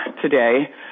today